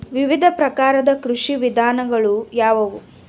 ವಿವಿಧ ಪ್ರಕಾರದ ಕೃಷಿ ವಿಧಾನಗಳು ಯಾವುವು?